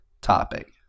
topic